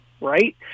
right